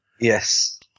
Yes